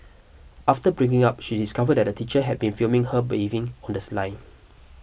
after breaking up she discovered that the teacher had been filming her bathing on the sly